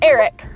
Eric